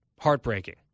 heartbreaking